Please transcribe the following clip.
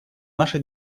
наша